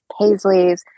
paisleys